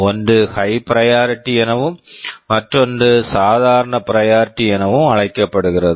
ஒன்று high priority high priority எனவும் மற்றொன்று சாதாரண பிரையாரிட்டி priority எனவும் அழைக்கப்படுகிறது